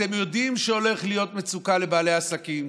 אתם יודעים שהולכת להיות מצוקה לבעלי עסקים.